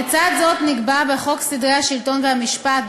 לצד זאת נקבע בחוק סדרי השלטון והמשפט,